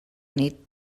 nit